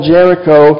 Jericho